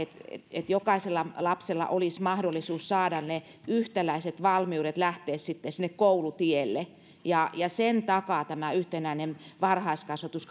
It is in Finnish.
että jokaisella lapsella olisi mahdollisuus saada yhtäläiset valmiudet lähteä sinne koulutielle sen takaa tämä yhtenäinen varhaiskasvatus